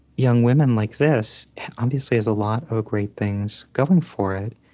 young women like this obviously has a lot of great things going for it.